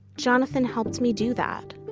jonathan helped me do that